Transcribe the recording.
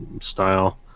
style